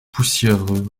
poussiéreux